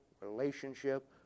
relationship